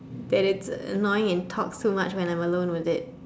that it's annoying and talks too much when I'm alone with it